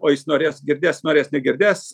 o jis norės girdės norės negirdės